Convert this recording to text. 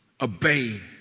obey